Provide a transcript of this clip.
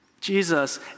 Jesus